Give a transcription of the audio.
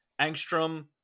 Angstrom